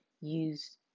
use